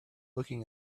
looking